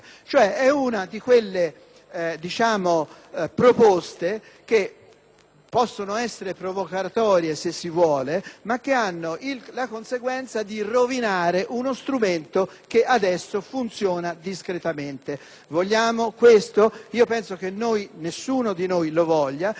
possono essere provocatorie, se si vuole, ma che hanno come conseguenza di rovinare uno strumento che adesso funziona discretamente. Vogliamo questo? Io ritengo che nessuno di noi lo voglia e ritengo molto opportuno sopprimere l'articolo in questione, così